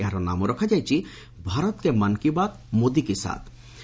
ଏହାର ନାମ ରଖାଯାଇଛି 'ଭାରତ୍ କେ ମନ୍ କି ବାତ୍ ମୋଦୀ କି ସାଥ୍'